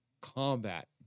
combat